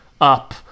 up